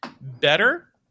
better